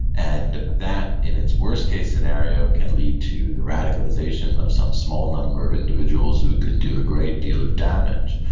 and that in its worst-case scenario can lead to the radicalisation of some small number of individuals who can do a great deal of damage.